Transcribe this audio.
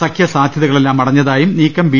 സഖ്യ സാധ്യതകളെല്ലാം അടഞ്ഞതായും നീക്കം ബി